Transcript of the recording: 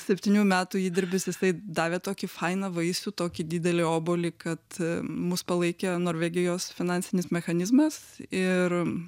septynių metų įdirbis jisai davė tokį fainą vaisių tokį didelį obuolį kad mus palaikė norvegijos finansinis mechanizmas ir